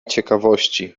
ciekawości